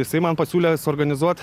jisai man pasiūlė suorganizuot